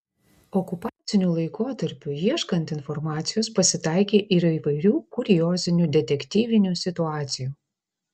okupaciniu laikotarpiu ieškant informacijos pasitaikė ir įvairių kuriozinių detektyvinių situacijų